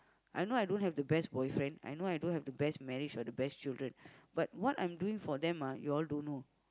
I know I don't have the best boyfriend I know I don't have the best marriage or the best children but what I'm doing for them ah you all don't know